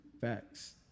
Facts